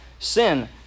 Sin